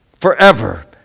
forever